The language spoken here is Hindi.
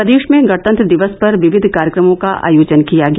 प्रदेश में गणतंत्र दिवस पर विविध कार्यक्रमों का आयोजन किया गया